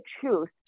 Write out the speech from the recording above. truth